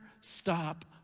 stop